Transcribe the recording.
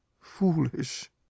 foolish